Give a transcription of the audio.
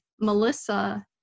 Melissa